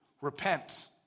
Repent